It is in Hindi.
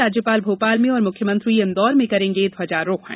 राज्यपाल भोपाल में और मुख्यमंत्री इंदौर में करेंगे ध्वजारोहण